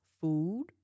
food